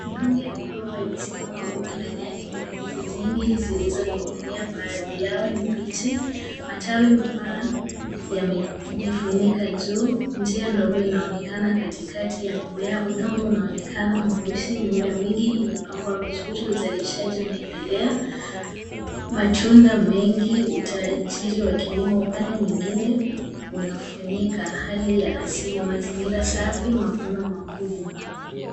Mikonge ya migomba imesimama wima. Ndani yake kuna ndizi nyingi zilizoninginia baadhi yao ni mbichi. Matawi mapana yamejifunika juu. Njia ndogo inaonekana Katikati ya mimea. Udongo unaonekana mweusi. Mimea mingi imepangwa vizuri. Uzalishaji unaendelea matunda mengi utajiri wa kilimo. Upande mwingine unafunika hali ya asili, mazingira safi, mavuno makubwa.